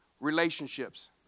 relationships